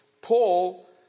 Paul